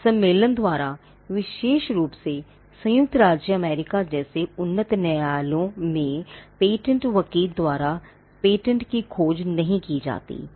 सम्मेलन द्वारा विशेष रूप से संयुक्त राज्य अमेरिका जैसे उन्नत न्यायालयों में पेटेंट वकील द्वारा पेटेंट की खोज नहीं की जाती है